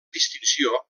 distinció